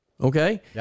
Okay